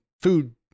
food